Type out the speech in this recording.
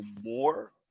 more